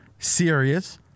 serious